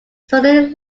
surrounding